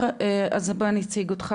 אני חושבת שאופיר יכול לענות.